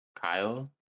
Kyle